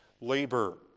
labor